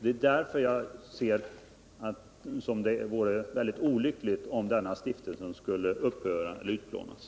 Det är därför som jag skulle se det som mycket olyckligt om ifrågavarande stiftelse skulle upphöra eller utplånas.